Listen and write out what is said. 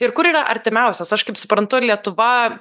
ir kur yra artimiausias aš kaip suprantu lietuva